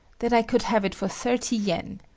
that i could have it for thirty yen.